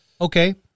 Okay